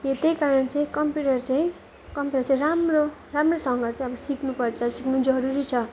यो त्यही कारण चाहिँ कम्प्युटर चाहिँ कम्प्युटर चाहिँ राम्रो राम्रोसँग चाहिँ अब सिक्नुपर्छ सिक्नु जरुरी छ